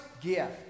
gift